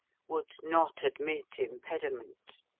would not admit impediment.